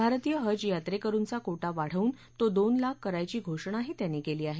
भारतीय हज यात्रेकरुंचा कोटी वाढवून तो दोन लाख करायची घोषणाही त्यांनी केली आहे